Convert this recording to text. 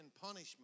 punishment